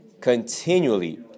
Continually